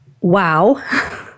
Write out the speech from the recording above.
wow